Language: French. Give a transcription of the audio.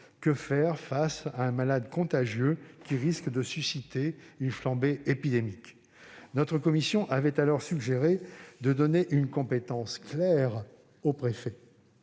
que faire face à un malade contagieux, qui risque de susciter une flambée épidémique ? Notre commission avait alors suggéré de donner une compétence claire au préfet.